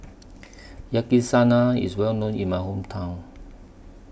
Yakizakana IS Well known in My Hometown